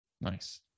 Nice